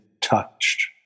touched